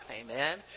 Amen